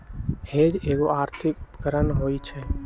hedge एगो आर्थिक उपकरण होइ छइ